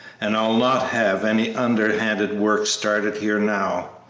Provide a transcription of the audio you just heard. and i'll not have any underhanded work started here now.